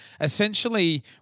essentially